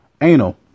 anal